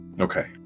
Okay